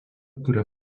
kuria